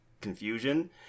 confusion